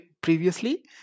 previously